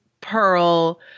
pearl